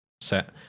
set